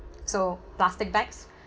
so plastic bags